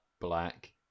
black